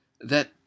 That